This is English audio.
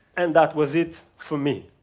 and that was it for me.